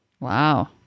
Wow